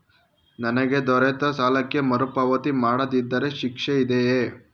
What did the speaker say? ನನಗೆ ದೊರೆತ ಸಾಲಕ್ಕೆ ಮರುಪಾವತಿ ಮಾಡದಿದ್ದರೆ ಶಿಕ್ಷೆ ಇದೆಯೇ?